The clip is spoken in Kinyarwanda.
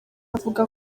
avuga